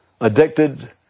addicted